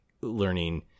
learning